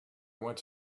went